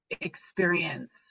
experience